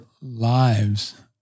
lives